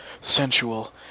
sensual